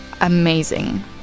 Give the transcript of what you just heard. amazing